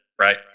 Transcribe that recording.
Right